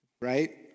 Right